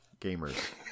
gamers